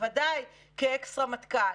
בוודאי כאקס רמטכ"ל,